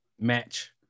Match